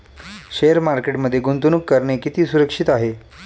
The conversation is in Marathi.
शेअर मार्केटमध्ये गुंतवणूक करणे किती सुरक्षित आहे?